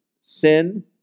sin